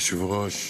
אדוני היושב-ראש,